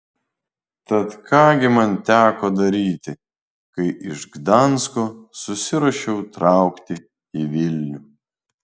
tad ką gi man teko daryti kai iš gdansko susiruošiau traukti į vilnių